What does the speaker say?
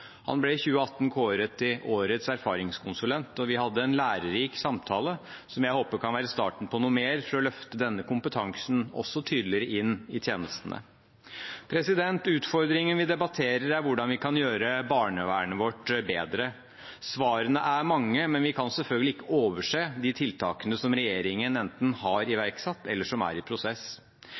Han ble i 2018 kåret til årets erfaringskonsulent, og vi hadde en lærerik samtale som jeg håper kan være starten på noe mer for å løfte denne kompetansen tydeligere inn i tjenestene. Utfordringen vi debatterer, er hvordan vi kan gjøre barnevernet vårt bedre. Svarene er mange, men vi kan selvfølgelig ikke overse de tiltakene som regjeringen enten har iverksatt, eller som er i prosess.